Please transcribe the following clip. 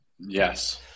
Yes